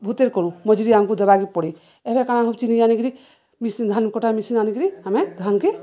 ଭୂତେରେ କରୁ ମଜୁରି ଆମକୁ ଦେବାକେ ପଡ଼େ ଏବେ କାଣା ହଉଚି ନି ଆଣିକିରି ମିସି ଧାନ କଟା ମିସିନ୍ ଆଣିକିରି ଆମେ ଧାନକେ